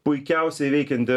puikiausiai veikianti